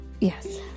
yes